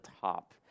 top